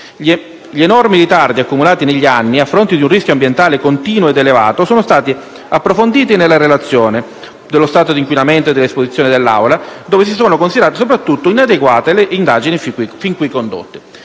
Gli enormi ritardi accumulati negli anni, a fronte di un rischio ambientale continuo ed elevato, sono stati approfonditi nella relazione sullo stato di inquinamento e dell'esposizione dell'area, dove si sono considerate soprattutto inadeguate le indagini fin qui condotte.